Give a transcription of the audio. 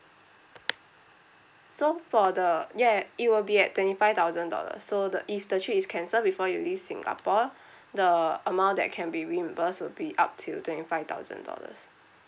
so for the ya it will be at twenty five thousand dollar so the if the trip is cancelled before you leave singapore the amount that can be reimbursed will be up to twenty five thousand dollars